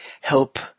help